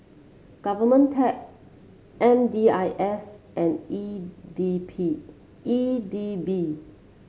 Govtech M D I S and E D P E D B